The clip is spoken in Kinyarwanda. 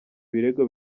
birego